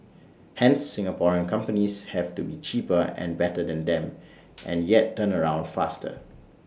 hence Singaporean companies have to be cheaper and better than them and yet turnaround faster